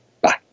Bye